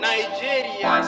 Nigeria